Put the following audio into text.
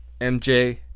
MJ